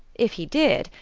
if he did,